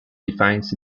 defines